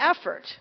effort